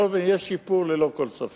בכל אופן יש שיפור, ללא כל ספק.